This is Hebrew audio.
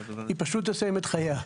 היא פשוט תסיים את חייה.